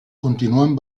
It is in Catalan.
continuen